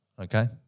Okay